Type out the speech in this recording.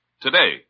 today